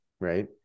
Right